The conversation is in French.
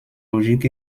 logique